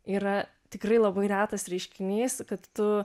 yra tikrai labai retas reiškinys kad tu